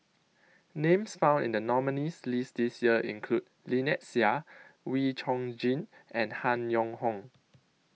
Names found in The nominees' list This Year include Lynnette Seah Wee Chong Jin and Han Yong Hong